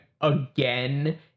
again